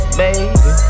baby